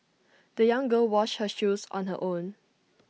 the young girl washed her shoes on her own